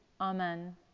Amen